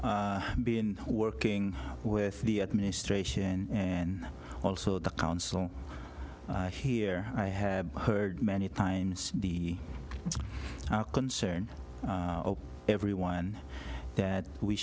have been working with the administration and also the counsel here i have heard many times the concern everyone that we